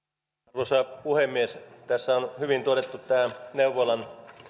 arvoisa puhemies tässä on hyvin todettu tämä neuvolan